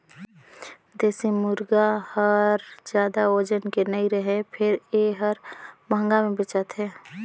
देसी मुरगा हर जादा ओजन के नइ रहें फेर ए हर महंगा में बेचाथे